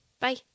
bye